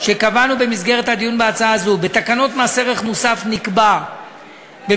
שקבענו במסגרת הדיון בהצעה זו: בתקנות מס ערך מוסף נקבע במסגרת